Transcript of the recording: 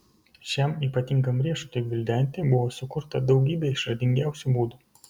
šiam ypatingam riešutui gvildenti buvo sukurta daugybė išradingiausių būdų